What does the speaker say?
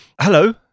hello